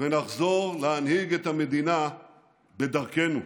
ונחזור להנהיג את המדינה בדרכנו.